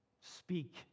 speak